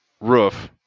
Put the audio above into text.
roof